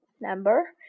number